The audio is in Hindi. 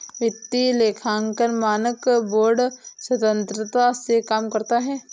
वित्तीय लेखांकन मानक बोर्ड स्वतंत्रता से काम करता है